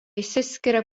išsiskiria